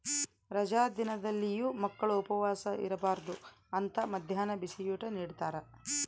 ರಜಾ ದಿನದಲ್ಲಿಯೂ ಮಕ್ಕಳು ಉಪವಾಸ ಇರಬಾರ್ದು ಅಂತ ಮದ್ಯಾಹ್ನ ಬಿಸಿಯೂಟ ನಿಡ್ತಾರ